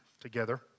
together